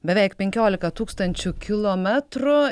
beveik penkiolika tūkstančių kilometrų